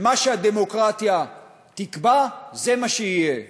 ומה שהדמוקרטיה תקבע, זה מה שיהיה.